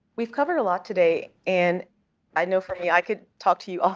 we've covered a lot today. and i know for me i could talk to you all